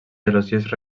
gelosies